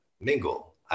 mingle